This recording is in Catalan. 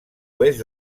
oest